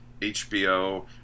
HBO